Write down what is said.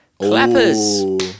Clappers